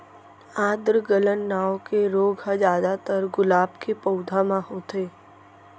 आद्र गलन नांव के रोग ह जादातर गुलाब के पउधा म होथे